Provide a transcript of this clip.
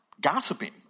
gossiping